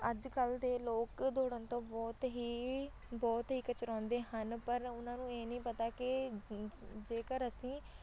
ਅੱਜ ਕੱਲ੍ਹ ਦੇ ਲੋਕ ਦੌੜਨ ਤੋਂ ਬਹੁਤ ਹੀ ਬਹੁਤ ਹੀ ਕਤਰਾਉਂਦੇ ਹਨ ਪਰ ਉਹਨਾਂ ਨੂੰ ਇਹ ਨਹੀਂ ਪਤਾ ਕਿ ਜੇਕਰ ਅਸੀਂ